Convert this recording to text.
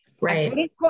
right